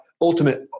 ultimate